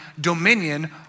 dominion